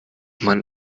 man